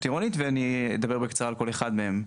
עירונית ואני אדבר בקצרה על כל אחד מהם.